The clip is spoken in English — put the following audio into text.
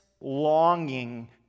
longing